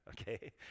Okay